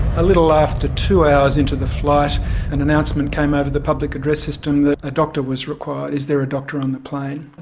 ah little after two hours into the flight an announcement came over the public address system that a doctor was required is there a doctor on the plane?